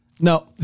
No